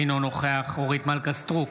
אינו נוכח אורית מלכה סטרוק,